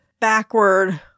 backward